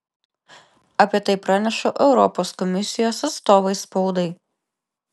apie tai praneša europos komisijos atstovai spaudai